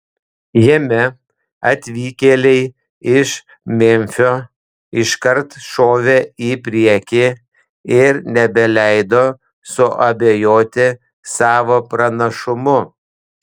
jame atvykėliai iš memfio iškart šovė į priekį ir nebeleido suabejoti savo pranašumu